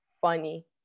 funny